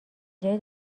جای